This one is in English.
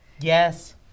Yes